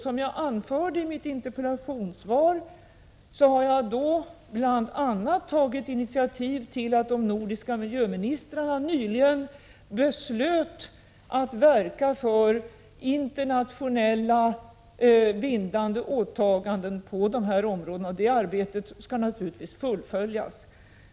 Som jag anförde i mitt interpellationssvar, har jag bl.a. tagit initiativ till de nordiska miljöministrarnas beslut nyligen att verka för internationella, bindande åtaganden, och det arbetet skall naturligtvis fullföljas.